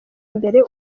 imbere